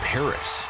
Paris